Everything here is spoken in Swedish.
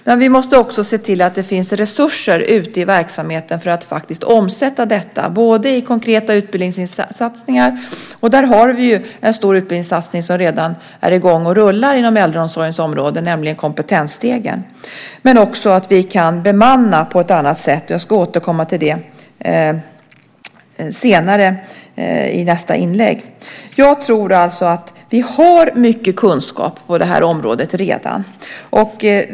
Men vi måste också se till att det finns resurser ute i verksamheten för att faktiskt omsätta detta, bland annat i konkreta utbildningssatsningar. Där har vi en stor utbildningssatsning som redan är i gång och rullar inom äldreomsorgens område, nämligen Kompetensstegen. Vi kan också bemanna på ett annat sätt. Jag ska återkomma till det senare i nästa inlägg. Jag tror alltså att vi har mycket kunskap på det här området redan.